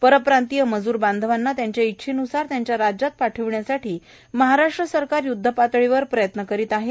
परप्रांतीय मजूरबांधवांना त्यांच्या इच्छेन्सार त्यांच्या राज्यात पाठविण्यासाठी महाराष्ट्र सरकार युद्धपातळीवर प्रयत्न करीत आहे